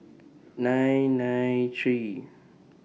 nine nine three